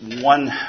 one